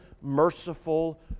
merciful